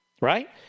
right